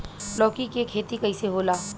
लौकी के खेती कइसे होला?